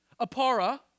apara